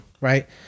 Right